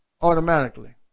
automatically